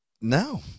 no